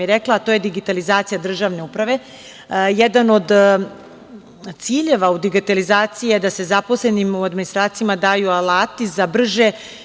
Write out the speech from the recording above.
a to je digitalizacija državne uprave. Jedan od ciljeva u digitalizaciji je da se zaposlenima u administraciji daju alati da brže